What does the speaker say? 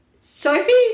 Sophie's